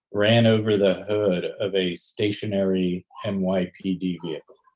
ran over the hood of a stationary um like nypd vehicle.